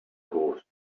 costs